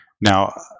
now